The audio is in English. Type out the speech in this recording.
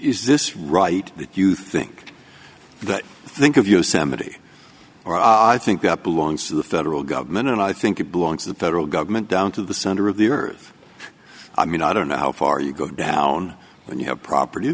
is this right that you think but think of yosemite or i think that belongs to the federal government and i think it belongs to the federal government down to the center of the earth i mean i don't know how far you go down when you have property